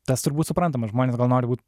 tas turbūt suprantama žmonės gal nori būt